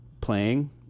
playing